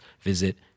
visit